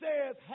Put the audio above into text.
says